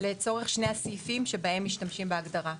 לצורך שני הסעיפים שבהם משתמשים בהגדרה.